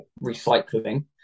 recycling